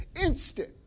instant